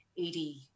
80